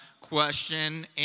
question